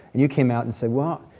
and you came out and said, well,